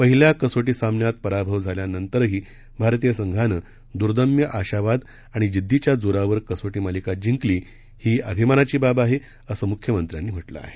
पहिल्या कसोटी सामन्यात पराभव झाल्यानंतरही भारतीय संघानं दुर्दम्य आशावाद आणि जिद्दीच्या जोरावर कसोटी मालिका जिंकली ही अभिमानाची बाब आहे असं मुख्यमंत्र्यांनी म्हटलं आहे